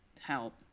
help